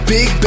Big